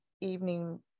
evening